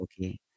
okay